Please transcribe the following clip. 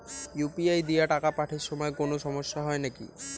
UPI দিয়া টাকা পাঠের সময় কোনো সমস্যা হয় নাকি?